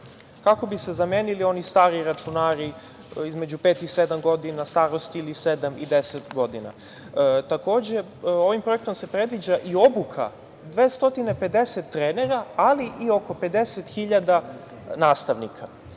kako bi se zamenili oni stari računari između pet i sedam godina starosti ili sedam i 10 godina. Takođe, ovim projektom se predviđa i obuka 250 trenera ali i oko 50.000 nastavnika.